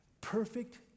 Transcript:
Perfect